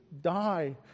die